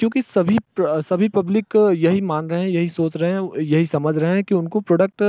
क्योंकि सभी सभी पब्लिक यही मान रहें यही सोच रहें यही समझ रहें कि उनको प्रोडक्ट